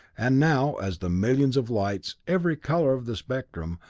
and now, as the millions of lights, every color of the spectrum,